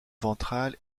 ventrale